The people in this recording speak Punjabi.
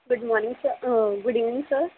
ਗੁੱਡ ਮੋਰਨਿੰਗ ਸ ਗੁੱਡ ਈਵਨਿੰਗ ਸਰ